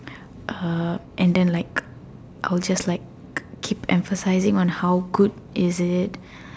uh and then like I will just like keep emphasizing on how good is it